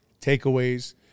takeaways